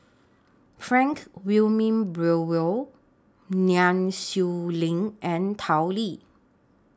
Frank Wilmin Brewer Nai Swee Leng and Tao Li